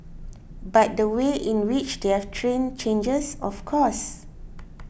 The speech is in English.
but the way in which they're trained changes of course